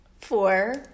four